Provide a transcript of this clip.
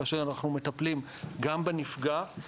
כאשר אנחנו מטפלים גם בנפגע,